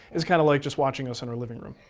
it's kind of like just watching us in our living room.